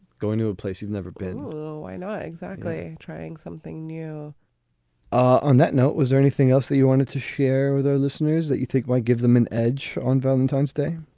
going to a place you've never been, i know. exactly. trying something new on that note, was there anything else that you wanted to share with our listeners that you think might give them an edge on valentine's day?